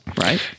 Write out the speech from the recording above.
right